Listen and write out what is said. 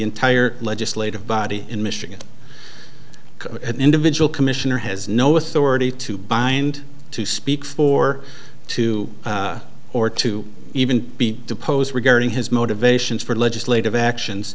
entire legislative body in michigan an individual commissioner has no authority to bind to speak for to or to even be deposed regarding his motivations for legislative actions